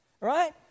Right